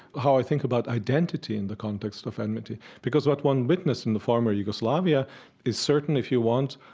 how i think about identity in the context of enmity because what one witnessed in the former yugoslavia is certainly, if you want,